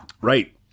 Right